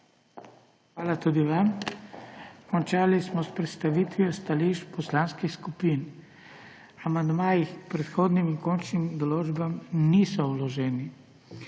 Hvala tudi vam. Končali smo s predstavitvijo stališč poslanskih skupin. Amandmaji k predhodnim in končnim določbam niso vloženi.